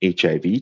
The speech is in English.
HIV